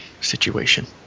situation